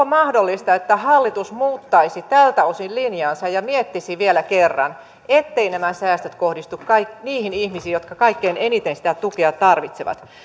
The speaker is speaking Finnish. mahdollista että hallitus muuttaisi tältä osin linjaansa ja ja miettisi vielä kerran etteivät nämä säästöt kohdistu niihin ihmisiin jotka kaikkein eniten sitä tukea tarvitsevat